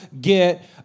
get